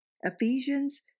Ephesians